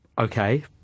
Okay